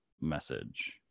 message